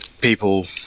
people